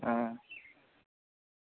ᱚ